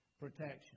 protection